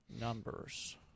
numbers